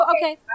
Okay